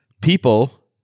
people